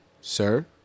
sir